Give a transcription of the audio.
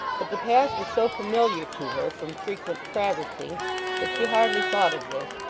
but the path was so familiar to her from frequent traversing that she hardly thought of this,